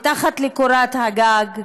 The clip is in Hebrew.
מתחת לקורת הגג,